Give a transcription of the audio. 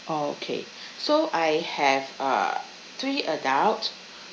okay so I have uh three adult